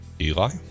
eli